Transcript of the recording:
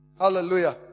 Hallelujah